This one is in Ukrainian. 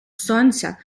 сонця